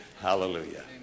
Hallelujah